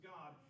God